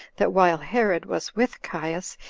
that while herod was with caius,